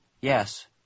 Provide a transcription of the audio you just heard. yes